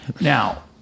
Now